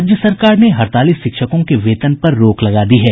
राज्य सरकार ने हड़ताली शिक्षकों के वेतन पर रोक लगा दी है